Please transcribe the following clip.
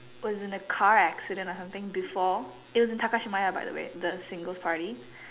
was in a car accident or something before it was in Takashimaya by the way the singles party